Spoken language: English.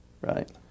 Right